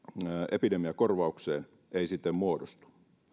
epidemiakorvaukseen ei siten muodostu